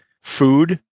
food